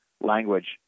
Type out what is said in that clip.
language